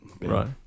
Right